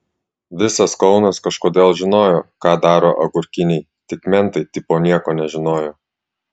visas kaunas kažkodėl žinojo ką daro agurkiniai tik mentai tipo nieko nežinojo